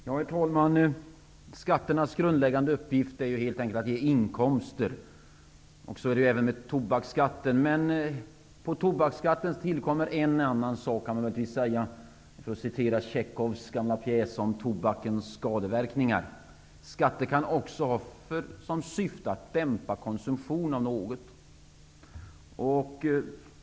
Herr talman! Skatternas grundläggande uppgift är helt enkelt att ge inkomster, så är det även med tobaksskatten. När det gäller tobaksskatten tillkommer en annan sak som man kan säga genom att citera ur Tjechovs pjäs om tobakens skadeverkningar: Skatter kan också ha som syfte att dämpa konsumtion av något.